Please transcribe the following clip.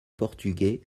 portugais